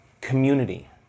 community